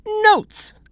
Notes